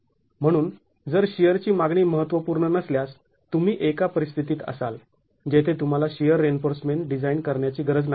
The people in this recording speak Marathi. म्हणून जर शिअरची मागणी महत्त्वपूर्ण नसल्यास तुम्ही एका परिस्थितीत असाल जेथे तुम्हाला शिअर रिइन्फोर्समेंट डिझाईन करण्याची गरज नाही